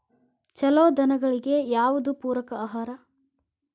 ಛಲೋ ದನಗಳಿಗೆ ಯಾವ್ದು ಪೂರಕ ಆಹಾರ?